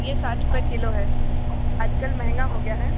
ये साठ रुपये किलो है आज कल महंगा हो गया है